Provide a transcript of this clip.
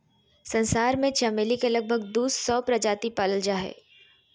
संसार में चमेली के लगभग दू सौ प्रजाति पाल जा हइ